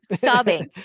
sobbing